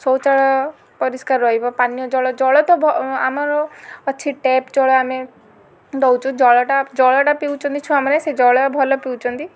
ଶୌଚାଳୟ ପରିଷ୍କାର ରହିବ ପାନୀୟ ଜଳ ଜଳ ତ ବ ଆମର ଅଛି ଟେପ ଜଳ ଆମେ ଦଉଛୁ ଜଳଟା ଜଳଟା ପିଉଛନ୍ତି ଛୁଆମାନେ ସେ ଜଳ ଭଲ ପିଉଛନ୍ତି